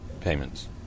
payments